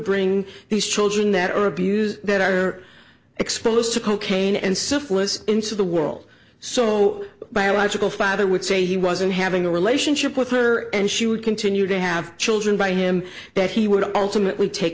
bring these children that are abused that are exposed to cocaine and syphilis into the world so biological father would say he wasn't having a relationship with her and she would continue to have children by him that he would ultimately take